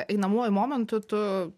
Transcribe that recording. einamuoju momentu tu